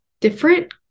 different